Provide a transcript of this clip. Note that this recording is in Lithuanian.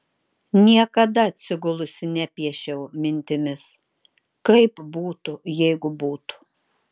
niekada atsigulusi nepiešiau mintimis kaip būtų jeigu būtų